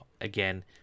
again